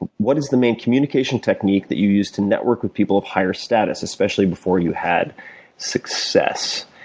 what is the main communication technique that you use to network with people of higher status? especially before you had success.